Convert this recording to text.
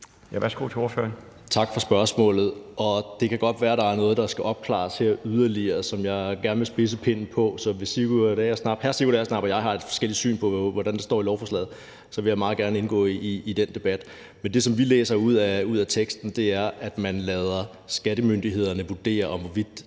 for spørgsmålet. Det kan godt være, der er noget her, der skal opklares yderligere, og som jeg gerne vil spidse pennen på. Så hvis hr. Sigurd Agersnap og jeg har et forskelligt syn på, hvordan det står i lovforslaget, vil jeg meget gerne indgå i den debat. Det, som vi læser ud af teksten, er, at man lader skattemyndighederne vurdere, hvorvidt